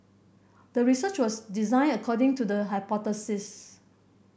the research was designed according to the hypothesis